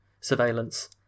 surveillance